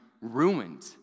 ruined